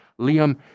Liam